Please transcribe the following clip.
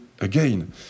Again